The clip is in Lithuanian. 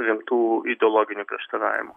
rimtų ideologinių prieštaravimų